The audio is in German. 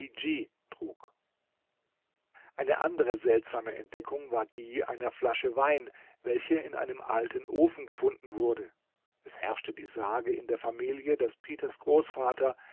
trug eine andere seltsame entdeckung war die einer flasche wein welche in einem alten ofen gefunden wurde es herrschte die sage in der familie daß peters großvater